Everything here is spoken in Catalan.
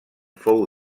fou